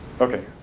Okay